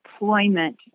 Employment